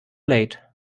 late